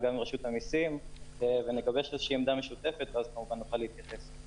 שנים שמדינת ישראל התברכה באחד המקומות הטובים בענף